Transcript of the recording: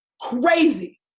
crazy